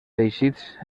teixits